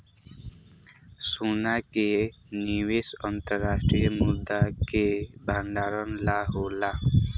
सोना के निवेश अंतर्राष्ट्रीय मुद्रा के भंडारण ला होला